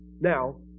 Now